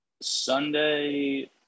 sunday